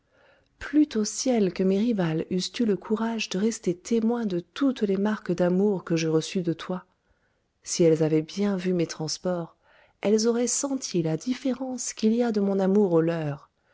au ciel que mes rivales eussent eu le courage de rester témoins de toutes les marques d'amour que je reçus de toi si elles avoient bien vu mes transports elles auroient senti la différence qu'il y a de mon amour au leur